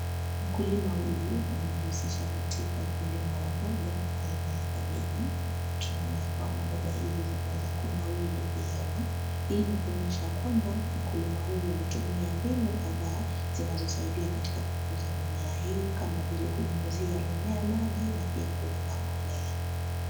Mkulima huyu, amejihusisha katika ukulima wa mboga, aina ya kabeji na, tunaona ya kwamba mboga hizi zimeweza kunawiri vyema, hii ni kuonyesha kwamba, mkulima huyu alitumia mbinu kadhaa, zinazosaidia katika kukuza mimea hii, kama vile kunyunyizia mimea maji na pia kuweka mbolea.